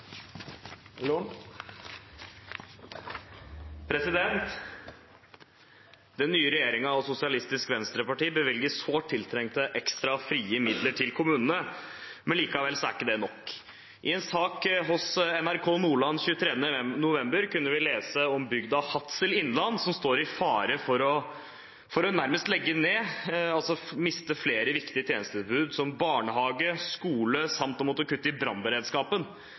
kommunene. Likevel er det ikke nok. I en sak hos NRK Nordland 23. november kan vi lese at bygdene i Hadsel Innland står i fare for å miste flere viktige tjenestetilbud som barnehage og skole samt å måtte kutte i brannberedskapen.